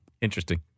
Interesting